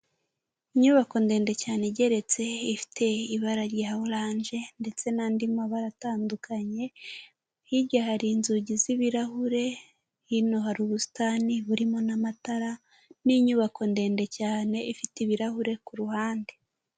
Inyubako ndende cyane igeretse ifite ibara rya oranje, ndetse n'andi mabara atandukanye, hirya hari inzugi z'ibirahure, hino hari ubusitani burimo n'amatara n'inyubako ndende cyane ifite ibirahure kuruhande.